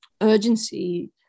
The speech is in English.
urgency